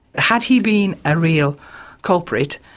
had he been a real culprit,